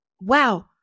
wow